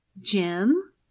Jim